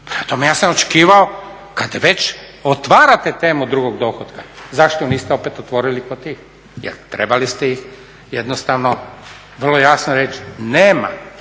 tome, ja sam očekivao kad već otvarate temu drugog dohotka zašto niste opet otvorili i kod tih? Jer trebali ste jednostavno vrlo jasno reći nema,